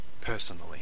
personally